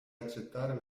accettare